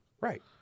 Right